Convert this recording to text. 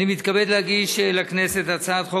אני מתכבד להגיש לכנסת את הצעת חוק